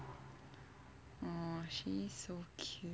oh she's so cute